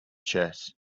chess